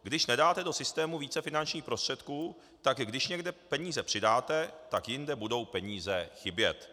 Když nedáte do systému víc finančních prostředků, tak když někde peníze přidáte, jinde budou peníze chybět.